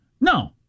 No